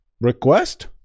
request